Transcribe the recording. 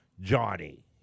Johnny